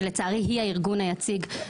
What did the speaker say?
שלצערי היא הארגון היציג,